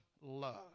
love